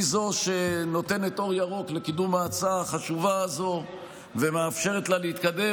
היא שנותנת אור ירוק לקידום ההצעה החשובה הזו ומאפשרת לה להתקדם,